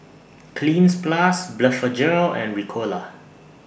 Cleanz Plus Blephagel and Ricola